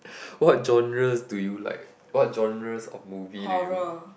what genres do you like what genres of movie do you